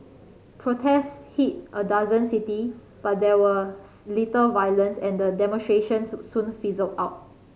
protests hit a dozen city but there was little violence and the demonstrations soon fizzled out